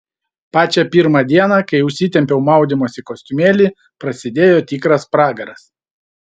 pačią pirmą dieną kai užsitempiau maudymosi kostiumėlį prasidėjo tikras pragaras